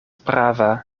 prava